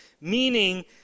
Meaning